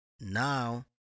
now